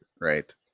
right